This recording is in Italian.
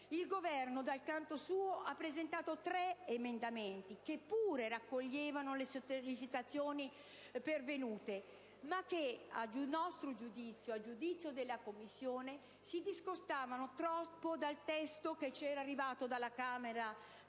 Il Governo dal canto suo ha presentato tre emendamenti che pure raccoglievano le sollecitazioni pervenute, ma che - a giudizio della Commissione - si discostavano troppo dal testo che ci era arrivato dalla Camera, in